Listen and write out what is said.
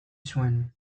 zuen